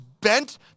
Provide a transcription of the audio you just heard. bent